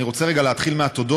אני רגע רוצה להתחיל מהתודות,